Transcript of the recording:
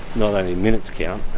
not only minutes count,